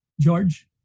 George